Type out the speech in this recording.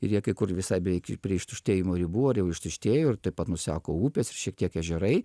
ir jie kai kur visai beveik ir prie ištuštėjimo ribų ar jau ištuštėjo ir taip pat nuseko upės ir šiek tiek ežerai